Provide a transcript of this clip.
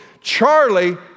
Charlie